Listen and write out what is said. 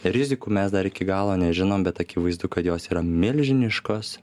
rizikų mes dar iki galo nežinom bet akivaizdu kad jos yra milžiniškos